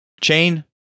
Chain